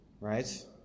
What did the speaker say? right